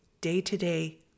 day-to-day